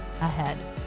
ahead